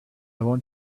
want